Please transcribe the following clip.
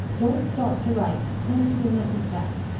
don't stop to write send me a message back.